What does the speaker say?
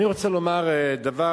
אני רוצה לומר דבר